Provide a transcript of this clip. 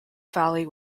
valley